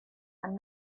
and